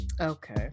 Okay